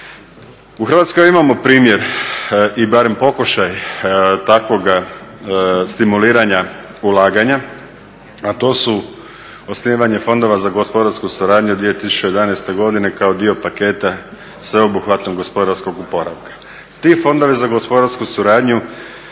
U Hrvatskoj imamo primjer i barem pokušaj takvoga stimuliranja ulaganja, a to su osnivanje fondova za gospodarsku suradnju 2011. godine kao dio paketa sveobuhvatnog gospodarskog oporavka. Ti fondovi za gospodarsku suradnju